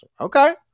okay